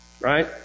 Right